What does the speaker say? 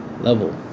level